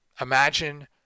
imagine